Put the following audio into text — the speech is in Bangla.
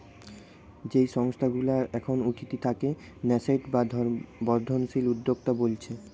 যেই সংস্থা গুলা এখন উঠতি তাকে ন্যাসেন্ট বা বর্ধনশীল উদ্যোক্তা বোলছে